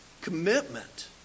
commitment